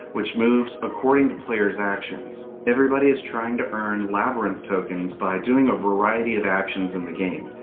which moves according to player's actions. everybody is trying to earn labyrinth tokens by doing a variety of actions in the game.